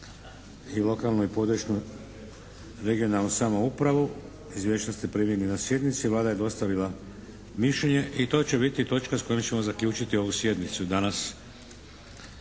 i lokalnu i područnu (regionalnu) samoupravu. Izvješća ste primili na sjednici. Vlada je dostavila mišljenje i to će biti točka s kojom ćemo zaključiti ovu sjednicu danas